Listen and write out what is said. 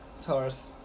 Taurus